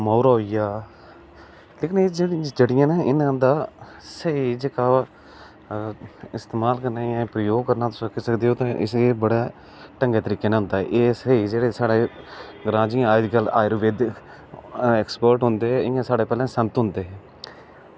मौरा होइया ते एह् जेह्ड़ियां ना इंदा जेह्का स्हेई होंदा इंदा जेह्का इस्तेमाल करना प्रजोग करना सलाहियत कन्नै इसी बड़ा ढंगै तरीके कन्नै होंदा इसी जेह्का स्हेई ग्रांऽ च जियां आर्युवैदिक एक्सपर्ट होंदे हे इंया पैह्लें संत होंदे हे